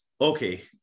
Okay